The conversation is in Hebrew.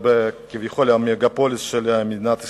כביכול ה"מגה-פוליס" של מדינת ישראל.